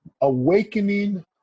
awakening